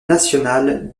national